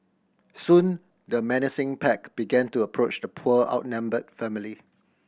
soon the menacing pack began to approach the poor outnumbered family